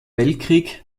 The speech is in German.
weltkrieg